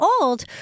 old